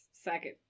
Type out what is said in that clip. second